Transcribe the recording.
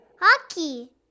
Hockey